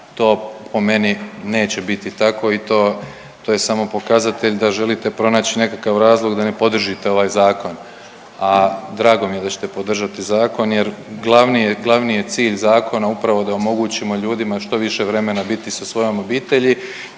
to po meni neće biti tako i to je, to je samo pokazatelj da želite pronaći nekakav razlog da ne podržite ovaj zakon. A drago mi je da ćete podržati zakon jer glavni je, glavni je cilj zakona upravo a omogućimo ljudima što više vremena biti sa svojom obitelji